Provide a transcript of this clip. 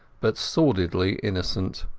but sordidly innocent.